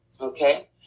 Okay